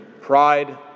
pride